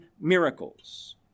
miracles